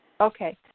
Okay